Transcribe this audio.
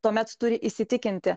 tuomet turi įsitikinti